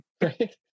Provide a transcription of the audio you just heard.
Right